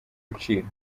ibiciro